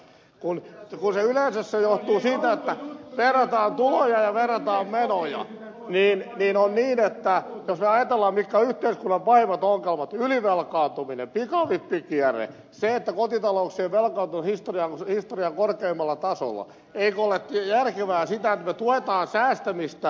kun yleensä verrataan tuloja ja verrataan menoja niin hienoa tehdä taattu vähätalo mika jos me ajattelemme mitkä ovat yhteiskunnan pahimmat ongelmat ylivelkaantuminen pikavippikierre se että kotitalouksien velkaantuminen on historian korkeimmalla tasolla eikö olekin järkevää se että me tuemme säästämistä